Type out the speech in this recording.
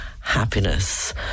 happiness